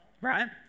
right